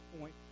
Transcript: point